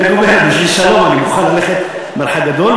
אני רק אומר, בשביל שלום אני מוכן ללכת מרחק גדול.